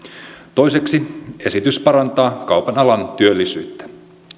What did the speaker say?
toiseksi esitys parantaa kaupan alan työllisyyttä